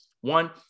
One